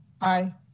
Aye